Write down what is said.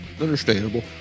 Understandable